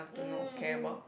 mm mm mm